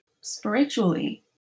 spiritually